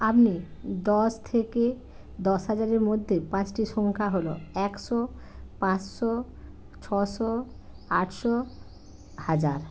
আমি দশ থেকে দশ হাজারের মধ্যে পাঁচটি সংখ্যা হলো একশো পাঁচশো ছশো আটশো হাজার